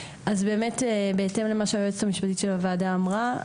בהתאם למה שהיועצת המשפטית של הוועדה אמרה,